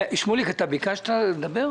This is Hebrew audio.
שמוליק גרינברג,